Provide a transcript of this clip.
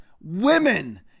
women